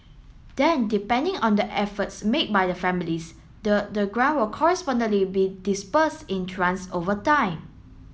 then depending on the efforts made by the families the the grant will correspondingly be disbursed in over time